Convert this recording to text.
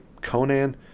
Conan